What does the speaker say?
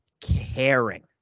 caring